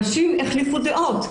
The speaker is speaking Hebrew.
אנשים החליפו דעות.